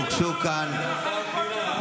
הוגשו כאן בקשות,